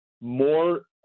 more